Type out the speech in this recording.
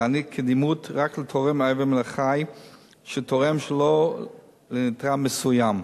להעניק קדימות רק לתורם איבר מן החי שתורם שלא לנתרם מסוים.